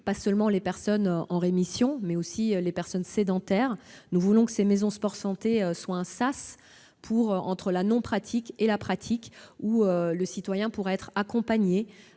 pas seulement les personnes en rémission, mais aussi les personnes sédentaires. Nous souhaitons que ces maisons sport-santé soient un sas vers la pratique, où le citoyen pourra être accompagné